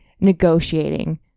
negotiating